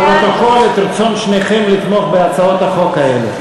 לפרוטוקול את רצון שניכם לתמוך בהצעות החוק האלה.